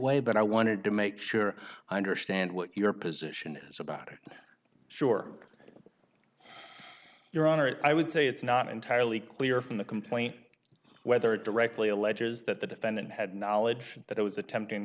way but i wanted to make sure i understand what your position is about it sure your honor i would say it's not entirely clear from the complaint whether it directly alleges that the defendant had knowledge that i was attempting